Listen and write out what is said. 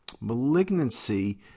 malignancy